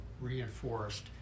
reinforced